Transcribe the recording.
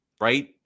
right